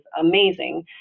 amazing